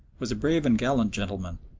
was a brave and gallant gentleman,